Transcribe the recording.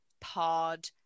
pod